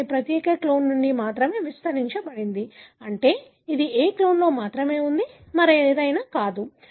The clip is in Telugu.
అయిన ఈ ప్రత్యేక క్లోన్ నుండి మాత్రమే విస్తరించబడింది అంటే ఇది A క్లోన్లో మాత్రమే ఉంది మరేదైనా కాదు